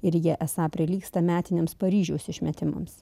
ir jie esą prilygsta metiniams paryžiaus išmetimams